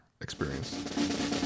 experience